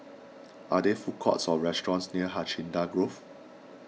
are there food courts or restaurants near Hacienda Grove